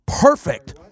perfect